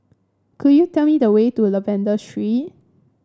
could you tell me the way to Lavender Street